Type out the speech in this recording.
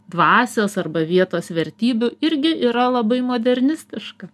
dvasios arba vietos vertybių irgi yra labai modernistiška